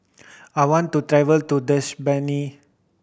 I want to travel to Dushanbe